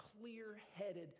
clear-headed